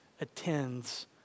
attends